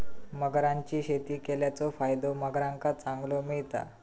मगरांची शेती केल्याचो फायदो मगरांका चांगलो मिळता